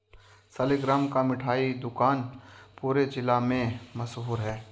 सालिगराम का मिठाई दुकान पूरे जिला में मशहूर है